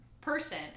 Person